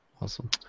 awesome